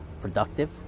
productive